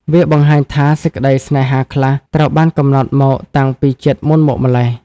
វាបង្ហាញថាសេចក្ដីស្នេហាខ្លះ ត្រូវបានកំណត់មកតាំងពីជាតិមុនមកម៉្លេះ។